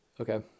Okay